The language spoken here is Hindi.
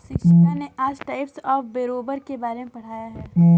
शिक्षिका ने आज टाइप्स ऑफ़ बोरोवर के बारे में पढ़ाया है